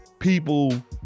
people